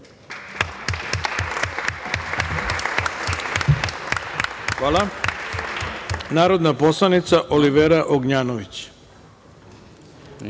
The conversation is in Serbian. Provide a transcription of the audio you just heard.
ima narodna poslanica Olivera Ognjanović.